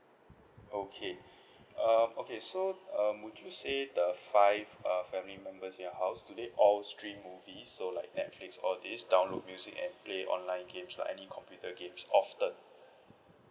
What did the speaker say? okay um okay so um would you say the five uh family members in your house do they all stream movies so like netflix all this download music and play online games or any computer games often